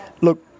look